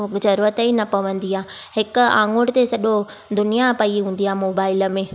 पोइ ज़रूरत ई न पवंदी आहे हिकु आंङुर ते सॼो दुनिया पई हूंदी आहे मोबाइल में